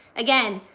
again,